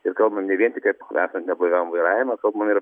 ir kalbam ne vien tik ap apie neblaiviam vairavimą kalbam ir